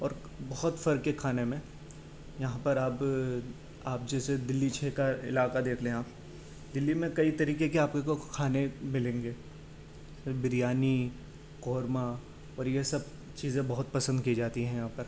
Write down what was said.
اور بہت فرق ہے کھانے میں یہاں پر اب آپ جیسے دلی چھ کا علاقہ دیکھ لیں آپ دلی میں کئی طریقے کے آپ ہی کو کھانے ملیں گے بریانی قورمہ اور یہ سب چیزیں بہت پسند کی جاتی ہیں یہاں پر